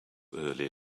early